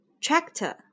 Tractor